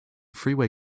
freeway